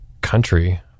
country